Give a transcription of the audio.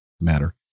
matter